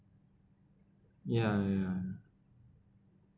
ya ya